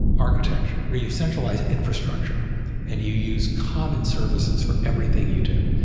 architecture or you've centralized infrastructure and you use common services for everything you do,